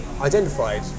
identified